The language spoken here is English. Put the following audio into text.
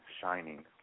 shining